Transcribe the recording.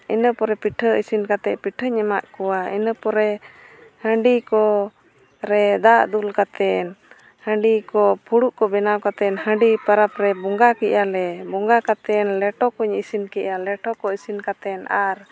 ᱤᱱᱟᱹ ᱯᱚᱨᱮ ᱯᱤᱴᱷᱟᱹ ᱤᱥᱤᱱ ᱠᱟᱛᱮᱫ ᱯᱤᱴᱷᱟᱹᱧ ᱮᱢᱟᱫ ᱠᱚᱣᱟ ᱤᱱᱟᱹ ᱯᱚᱨᱮ ᱦᱟᱺᱰᱤ ᱠᱚᱨᱮ ᱫᱟᱜ ᱫᱩᱞ ᱠᱟᱛᱮᱫ ᱦᱟᱺᱰᱤ ᱠᱚ ᱯᱷᱩᱲᱩᱜ ᱠᱚ ᱵᱮᱱᱟᱣ ᱠᱟᱛᱮᱫ ᱦᱟᱺᱰᱤ ᱯᱚᱨᱚᱵᱽ ᱨᱮ ᱵᱚᱸᱜᱟ ᱠᱮᱫᱼᱟ ᱞᱮ ᱵᱚᱸᱜᱟ ᱠᱟᱛᱮᱫ ᱞᱮᱴᱚ ᱠᱚᱧ ᱤᱥᱤᱱ ᱠᱮᱫᱟ ᱞᱮᱴᱚ ᱠᱚ ᱤᱥᱤᱱ ᱠᱟᱛᱮᱫ ᱟᱨ